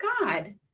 god